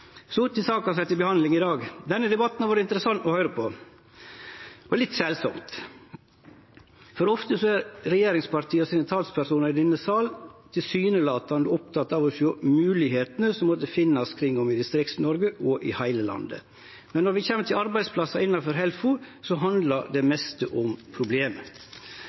Så til saka som er til behandling i dag: Denne debatten har vore interessant å høyre på – og litt underleg, for ofte er talspersonane frå regjeringspartia i denne salen tilsynelatande opptekne av å sjå moglegheitene som måtte finnast rundt omkring i Distrikts-Noreg og i heile landet. Men når vi kjem til arbeidsplassar i Helfo, handlar det meste om